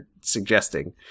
suggesting